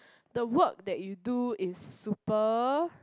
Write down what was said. the work that you do is super